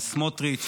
סמוטריץ',